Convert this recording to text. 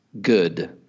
good